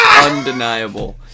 undeniable